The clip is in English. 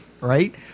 right